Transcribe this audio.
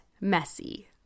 messy